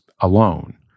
alone